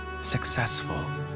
Successful